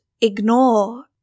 ignore